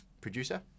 producer